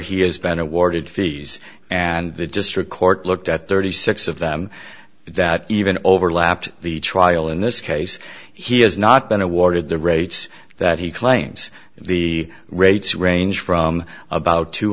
he has been awarded fees and the district court looked at thirty six of them that even overlapped the trial in this case he has not been awarded the rates that he claims the rates range from about two